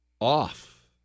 off